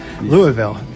Louisville